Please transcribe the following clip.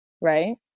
right